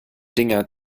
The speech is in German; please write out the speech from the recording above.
dinger